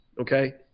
okay